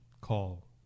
call